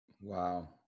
wow